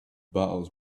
battles